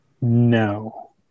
no